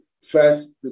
first